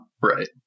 Right